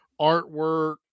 artwork